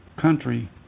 country